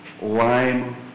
lime